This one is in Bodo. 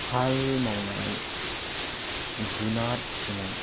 हाल मावनाय जुनाद फिसिनाय